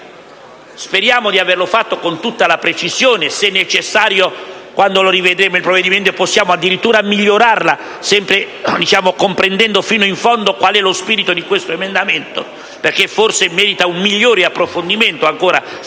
speriamo di averlo fatto con tutta la precisione e, se necessario, quando rivedremo il provvedimento potremmo addirittura migliorarla, sempre comprendendo fino in fondo qual è lo spirito di questo emendamento, perché forse merita un maggiore approfondimento. Ancora stamattina,